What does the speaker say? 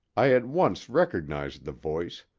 i at once recognized the voice,